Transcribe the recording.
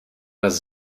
das